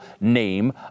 name